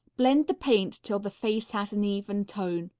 blend the paint till the face has an even tone.